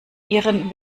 ihren